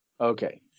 Okay